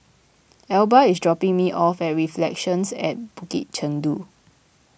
Elba is dropping me off very Relections at Bukit Chandu